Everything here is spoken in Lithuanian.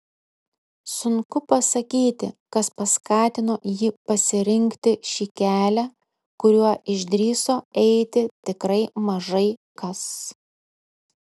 sunku pasakyti kas paskatino jį pasirinkti šį kelią kuriuo išdrįso eiti tikrai mažai kas